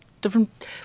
different